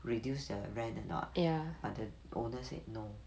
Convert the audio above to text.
reduce the rent or not but the owner said no